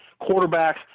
Quarterbacks